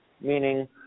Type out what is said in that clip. meaning